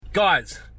Guys